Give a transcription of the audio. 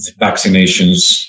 vaccinations